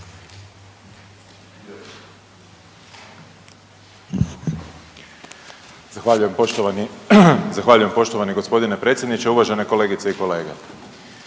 Zahvaljujem poštovani potpredsjedniče, uvažena kolegice